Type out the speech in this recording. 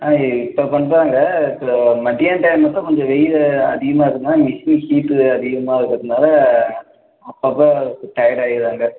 ஆ இப்போ பண்ணுறாங்க இப்போ மதியான டைம் மட்டும் கொஞ்சம் வெயில் அதிகமாக இருக்கிறதால மிஷின் ஹீட்டு அதிகமாகுறதுனால அப்பப்போ டையர்ட் ஆயிடுறாங்க